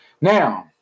Now